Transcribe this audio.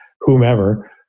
whomever